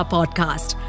Podcast